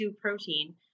protein